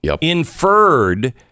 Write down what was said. inferred